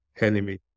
enemy